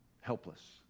helpless